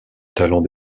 talent